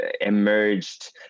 emerged